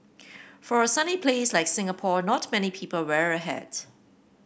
for a sunny place like Singapore not many people wear a hat